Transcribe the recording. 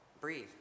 Breathe